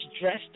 dressed